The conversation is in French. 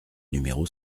numéro